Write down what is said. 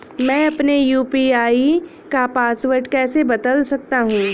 मैं अपने यू.पी.आई का पासवर्ड कैसे बदल सकता हूँ?